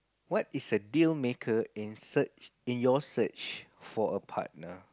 what is a dealmaker in search in your search for a partner